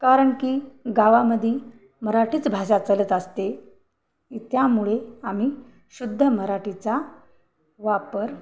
कारण की गावामध्ये मराठीच भाषा चालत असते त्यामुळे आम्ही शुद्ध मराठीचा वापर